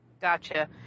Gotcha